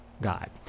God